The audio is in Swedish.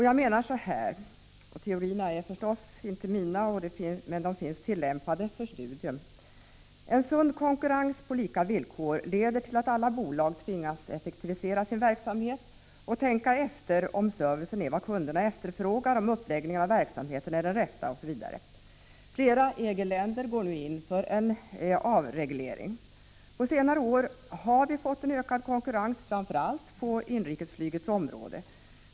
Jag menar — teorierna är förstås inte mina, men de finns tillämpade för studium — att en sund konkurrens på lika villkor leder till att man i flygbolag tvingas effektivisera verksamheten och tänka efter. Man måste fråga sig om servicen är vad kunderna efterfrågar, om uppläggningen av verksamheten är den rätta osv. I flera EG-länder går man nu in för en avreglering. Och på senare år har vi i Sverige fått en ökad konkurrens framför allt på inrikesflygets område.